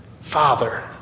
Father